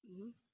hmm